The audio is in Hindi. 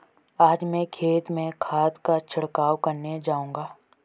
आज मैं खेत में खाद का छिड़काव करने जाऊंगा